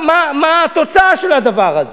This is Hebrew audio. מה, מה התוצאה של הדבר הזה?